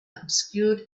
obscured